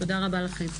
תודה רבה לכם.